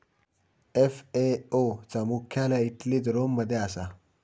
FAO चा मुख्यालय इटलीत रोम मध्ये असा